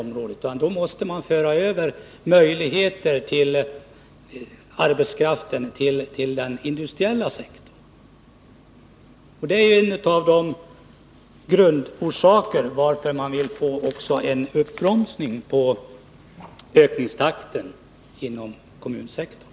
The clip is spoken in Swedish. I stället måste man föra över sysselsättningsmöjligheter till den industriella sektorn. Det är en av grundorsakerna till att man vill bromsa upp ökningstakten inom kommunsektorn.